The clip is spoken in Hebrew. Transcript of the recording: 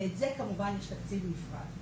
ואת זה כמובן יש תקציב נפרד.